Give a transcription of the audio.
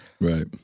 Right